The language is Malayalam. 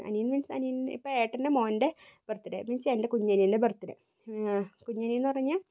അനിയൻ മീൻസ് ഇപ്പം ഏട്ടൻ്റെ മോൻറെ ബെർത്തഡേ മീൻസ് എൻറെ കുഞ്ഞനിയൻറെ ബെർത്തഡേ കുഞ്ഞനിയൻന്ന് പറഞ്ഞു കഴിഞ്ഞാൽ